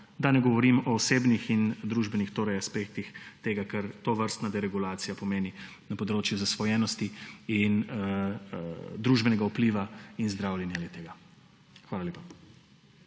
da ne govorim o osebnih in družbenih aspektih tega, kar tovrstna deregulacija pomeni na področju zasvojenosti in družbenega vpliva in zdravljenja le-tega. Hvala lepa.